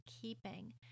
keeping